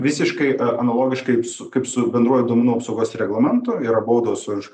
visiškai analogiškai su kaip su bendruoju duomenų apsaugos reglamentu yra baudos už